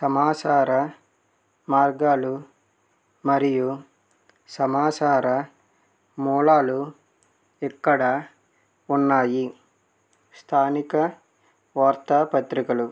సమాచార మార్గాలు మరియు సమాచార మూలాలు ఇక్కడ ఉన్నాయి స్థానిక వార్తా పత్రికలు